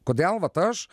kodėl vat aš